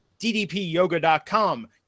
ddpyoga.com